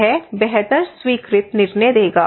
यह बेहतर स्वीकृत निर्णय देगा